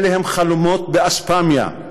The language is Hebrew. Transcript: אלה הם חלומות באספמיה,